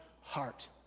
heart